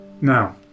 Now